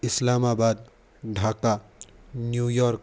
Islamabad Dhaka New York